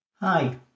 Hi